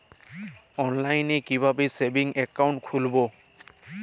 অনলাইনে কিভাবে savings account খুলবো?